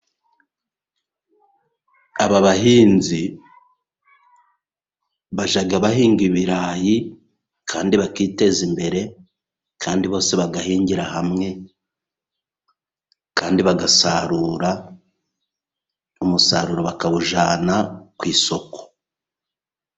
Aba bahinzi bajya bahinga ibirayi kandi bakiteza imbere, kandi bose bagahingira hamwe kandi bagasarura umusaruro, bakawujyana ku isoko.